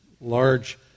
large